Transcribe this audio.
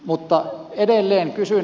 mutta edelleen kysyn